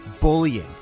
bullying